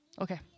Okay